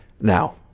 now